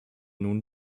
nun